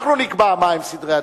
אנחנו נקבע מהם סדרי העדיפויות,